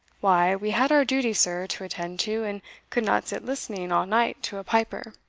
why, we had our duty, sir, to attend to, and could not sit listening all night to a piper.